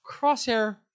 Crosshair